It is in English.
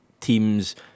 teams